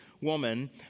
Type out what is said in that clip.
woman